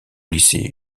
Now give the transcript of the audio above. lycée